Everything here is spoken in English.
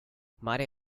might